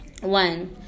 One